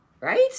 Right